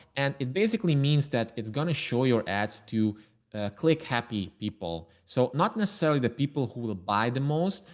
and it basically means that it's going to show your ads to click happy people. so not necessarily the people who will buy the most,